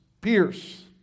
pierce